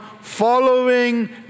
following